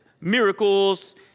miracles